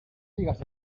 digas